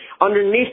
Underneath